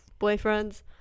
boyfriends